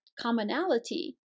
commonality